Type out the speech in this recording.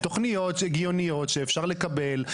תוכניות הגיוניות שאפשר לקבל,